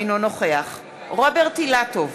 אינו נוכח רוברט אילטוב,